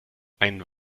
ein